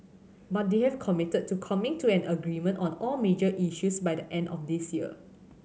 but they have committed to coming to an agreement on all major issues by the end of this year